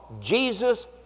Jesus